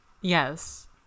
Yes